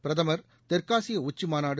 பிரதமர் தெற்காசிய உச்சிமாநாடு